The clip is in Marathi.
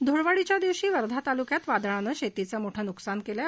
धुळवडीच्या दिवशी वर्धा तालुक्यात वादळानं शेतीचं मोठं नुकसान केलं आहे